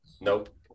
Nope